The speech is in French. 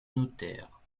notaire